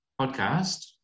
podcast